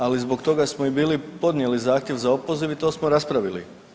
Ali zbog toga smo i bili podnijeli zahtjev za opoziv i to smo raspravili.